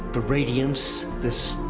the radiance, this.